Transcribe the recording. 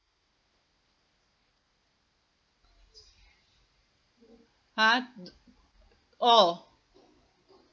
ha oh